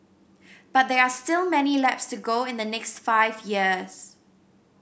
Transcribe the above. but there are still many laps to go in the next five years